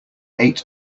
eight